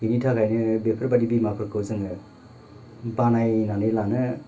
बेनि थाखायनो बेफोर बादि बिमाफोरखौ जोङो बानायनानै लानो